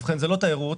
זה לא תיירות,